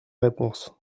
réponse